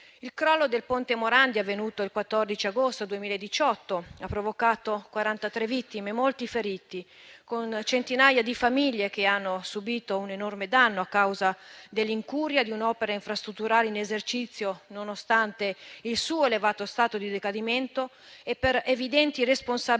il crollo del "ponte Morandi", avvenuto il 14 agosto 2018, ha provocato 43 vittime e molti feriti, con centinaia di famiglie che hanno subito un enorme danno per l'incuria di un'opera infrastrutturale in esercizio nonostante il suo elevato stato di decadimento, per evidenti responsabilità